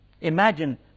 Imagine